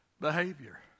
behavior